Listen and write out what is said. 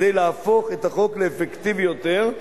כדי להפוך את החוק לאפקטיבי יותר,